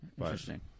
Interesting